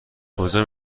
کجا